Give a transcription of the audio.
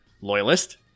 loyalist